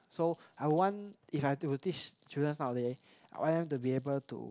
so I want if I've to teach students nowadays I want them to be able to